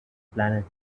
planet